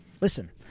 Listen